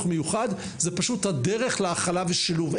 מיוחד זאת פשוט הדרך להכלה ושילוב.